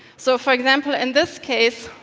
so, for example, in this case,